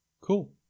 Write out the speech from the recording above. cool